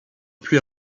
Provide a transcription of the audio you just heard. puis